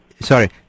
sorry